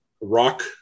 rock